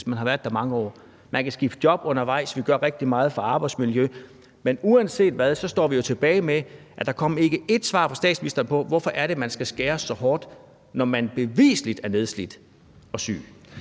arbejdsmarkedet i mange år? Man kan skifte job undervejs, og vi gør rigtig meget i forhold til arbejdsmiljø. Men uanset hvad står vi jo tilbage med, at der ikke kom ét svar fra statsministeren på, hvorfor det er, at man skal skære så hårdt, når folk beviseligt er nedslidte og syge.